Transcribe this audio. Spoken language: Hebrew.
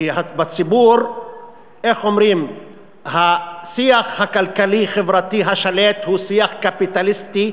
כי בציבור השיח הכלכלי-חברתי השולט הוא שיח קפיטליסטי,